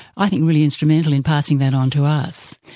i think, really instrumental in passing that on to us.